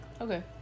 Okay